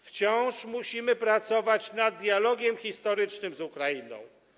Wciąż musimy pracować nad dialogiem historycznym z Ukrainą.